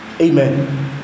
Amen